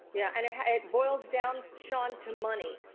yeah, and it it boils down sean, to money.